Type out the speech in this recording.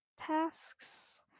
tasks